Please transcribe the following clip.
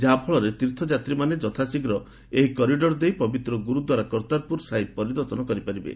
ଯାହା ଫଳରେ ତୀର୍ଥଯାତ୍ରୀମାନେ ଯଥାଶୀଘ ଏହି କରିଡ଼ର ଦେଇ ପବିତ୍ ଗ୍ରରଦ୍ୱାର କରତାରପୁର ସାହିବ୍ ପରିଦର୍ଶନ କରିପାରିବେ